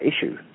issue